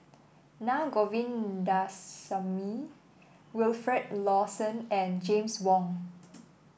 Na Govindasamy Wilfed Lawson and James Wong